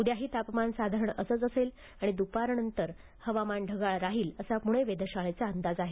उद्याही तापमान साधारण असंच असेल आणि द्रपारनंतर हवामान ढगाळ राहील असा पणे वेधशाळेचा अंदाज आहे